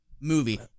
movie